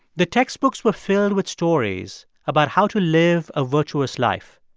the textbooks were filled with stories about how to live a virtuous life.